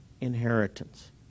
inheritance